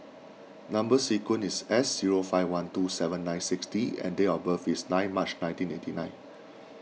Number Sequence is S zero five one two seven nine six D and date of birth is nine March nineteen eighty nine